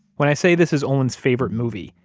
when i say this is olin's favorite movie,